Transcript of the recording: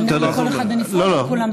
אני עונה לכל אחד בנפרד או לכולם ביחד?